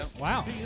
Wow